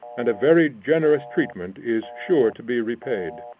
and a very generous treatment is sure to be repaid.